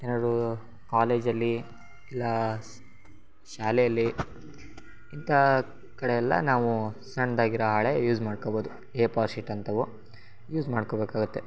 ಏನಾದ್ರೂ ಕಾಲೇಜಲ್ಲಿ ಇಲ್ಲ ಸ್ ಶಾಲೆಯಲ್ಲಿ ಇಂಥ ಕಡೆಯೆಲ್ಲ ನಾವು ಸಣ್ದಾಗಿರೋ ಹಾಳೆ ಯೂಸ್ ಮಾಡ್ಕೋಬೋದು ಏ ಪೋರ್ ಶೀಟ್ ಅಂಥವು ಯೂಸ್ ಮಾಡ್ಕೋಬೇಕಾಗುತ್ತೆ